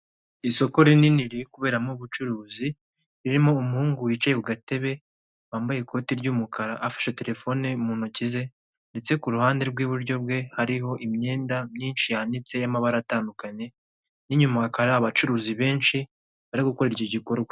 Isoko rinini riri kuberamo ubucuruzi ririmo umuhungu wicaye ku gatebe wambaye ikoti ry'umukara afashe telefone mu ntoki ze ndetse ku ruhande rw'iburyo bwe hariho imyenda myinshi yanitse y'amabara atandukanye n'inyuma haka abacuruzi benshi bari gukora iki gikorwa.